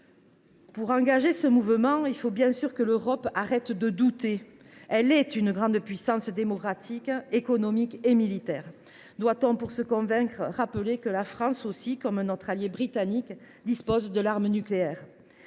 Pour s’engager dans cette voie, il faut évidemment que l’Europe arrête de douter. Elle est une grande puissance démographique, économique et militaire. Doit on pour s’en convaincre rappeler que la France, comme notre allié britannique, dispose de l’arme nucléaire ?